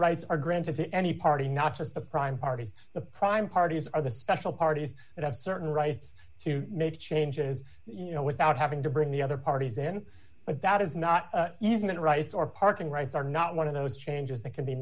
rights are granted to any party not just the prime parties the prime parties are the special parties that have certain rights to make changes you know without having to bring the other parties in but that is not using the rights or parking rights are not one of those changes that can be